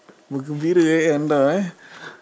bergembira eh anda eh